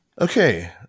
Okay